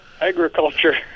agriculture